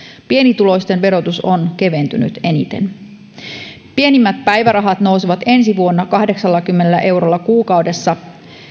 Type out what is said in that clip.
pienituloisten verotus on keventynyt eniten pienimmät päivärahat nousevat ensi vuonna kahdeksallakymmenellä eurolla kuukaudessa